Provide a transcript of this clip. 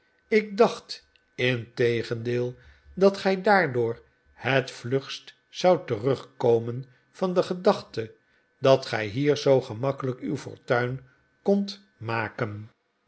ik dacht integendeel dat gij daardoor het vlugst zou terugkomen van de gedachte dat gij hier zoo gemakkelijk uw fortuin kondt maken